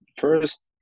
First